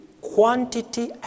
Quantity